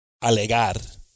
Alegar